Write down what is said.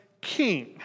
king